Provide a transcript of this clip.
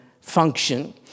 function